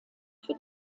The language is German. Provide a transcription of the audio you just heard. für